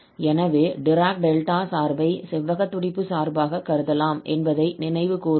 எனவே டிராக்-டெல்டா சார்பை செவ்வகத் துடிப்புச் சார்பாக கருதலாம் என்பதை நினைவு கூர்வோம்